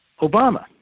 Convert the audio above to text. Obama